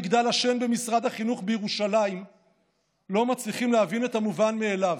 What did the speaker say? ורק במגדל השן במשרד החינוך בירושלים לא מצליחים להבין את המובן מאליו.